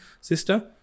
sister